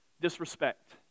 disrespect